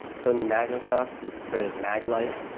tony maglica who created maglight,